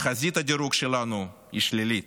תחזית הדירוג שלנו היא שלילית.